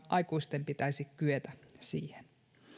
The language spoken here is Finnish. aikuisten pitäisi kyetä siihen